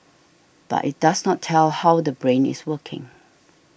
but it does not tell how the brain is working